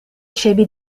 cebi